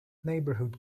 neighborhood